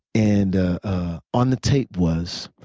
and on the tape was,